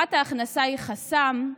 הבטחת ההכנסה היא חסם,